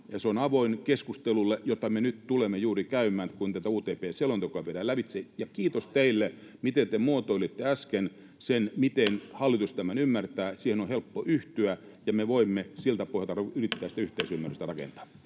se on avoin keskustelulle, jota me nyt tulemme juuri käymään, kun tätä UTP-selontekoa viedään lävitse. Ja kiitos teille, miten te muotoilitte äsken sen, miten hallitus tämän ymmärtää. Siihen on helppo yhtyä, ja me voimme siltä pohjalta yrittää sitä yhteisymmärrystä rakentaa.